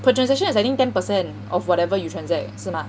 per transaction is I think ten percent of whatever you transact 是吗